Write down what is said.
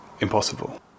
impossible